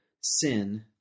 Sin